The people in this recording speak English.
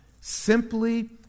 simply